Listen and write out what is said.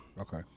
Okay